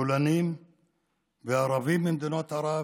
פולנים וערבים ממדינות ערב,